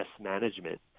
management